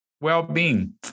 well-being